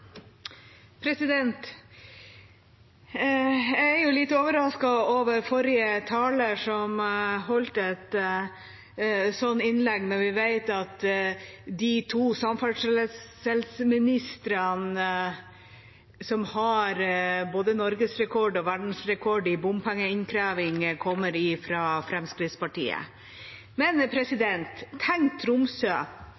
litt overrasket over forrige taler, som holdt et sånt innlegg når vi vet at de to samferdselsministrene som har både norgesrekord og verdensrekord i bompengeinnkreving, kommer fra Fremskrittspartiet.